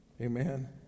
Amen